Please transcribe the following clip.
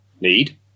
need